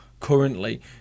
Currently